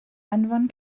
anfon